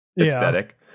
aesthetic